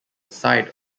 side